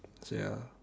ya